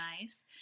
nice